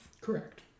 Correct